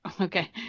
okay